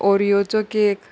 ओरिचो cake